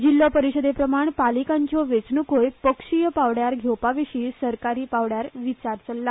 जिल्लो परिशदेप्रमाण पालिकांच्यो वेंचण्कोय पक्षीय पांवड्यार घेवपाविशीं सरकारी पांवड्यार विचार चल्ला